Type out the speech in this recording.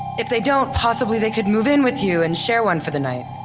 if they don't, possibly they could move in with you and share one for the night.